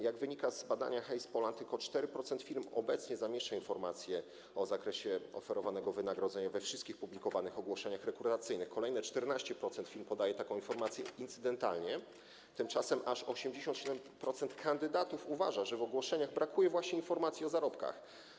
Jak wynika z badania Hays Poland, tylko 4% firm obecnie zamieszcza informacje o zakresie oferowanego wynagrodzenia we wszystkich publikowanych ogłoszeniach rekrutacyjnych, kolejne 14% firm podaje taką informację incydentalnie, tymczasem aż 87% kandydatów uważa, że w ogłoszeniach brakuje właśnie informacji o zarobkach.